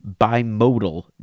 bimodal